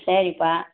சரிப்பா